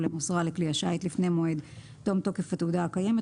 למסרה לכלי השיט לפני מועד תום תוקף התעודה הקיימת,